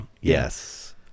Yes